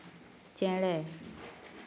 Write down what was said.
ᱪᱮᱬᱮ